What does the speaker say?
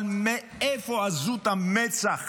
אבל מאיפה עזות המצח